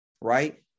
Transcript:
right